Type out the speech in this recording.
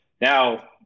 Now